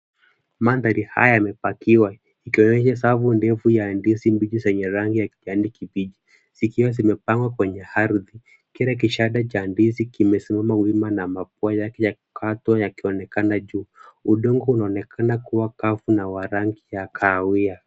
Mandhari haya imepakiwa Ikionyesha safu ndefu ya ndizi mbichi zenye rangi ya kijani kibichi, zikiwa zimepangwa kwenye ardhi. Kila kishada cha ndizi kimesimama wima na mapua yake ya kukatwa yakionekana juu. Udongo unaonekana kuwa kavu na wa rangi ya kahawia.